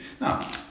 Now